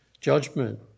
Judgment